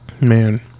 man